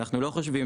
לצורך העניין,